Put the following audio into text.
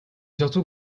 surtout